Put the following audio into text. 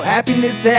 Happiness